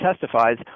testifies